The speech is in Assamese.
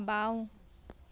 বাওঁ